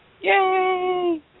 Yay